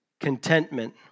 contentment